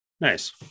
nice